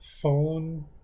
Phone